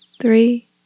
three